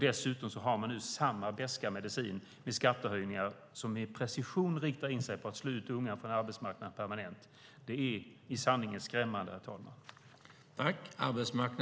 Dessutom har de nu samma beska medicin i skattehöjningar som med precision riktar in sig på att slå ut unga från arbetsmarknaden permanent. Det är i sanning skrämmande, herr talman.